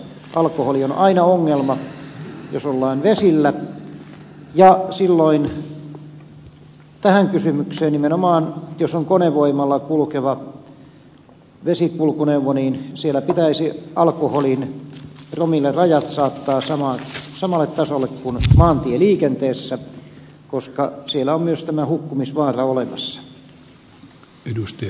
alkoholi on aina ongelma jos ollaan vesillä ja silloin viitaten tähän kysymykseen nimenomaan jos on konevoimalla kulkeva vesikulkuneuvo niin siellä pitäisi alkoholin promillerajat saattaa samalle tasolle kuin maatieliikenteessä koska siellä on myös tämä hukkumisvaara olemassa